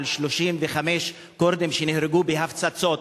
על 35 כורדים שנהרגו בהפצצות.